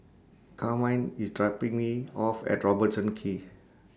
Carmine IS dropping Me off At Robertson Quay